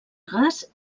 gas